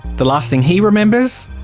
the last thing he remembers,